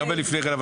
גם לפני כן,